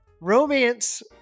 romance